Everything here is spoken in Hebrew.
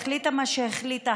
החליטה מה שהחליטה,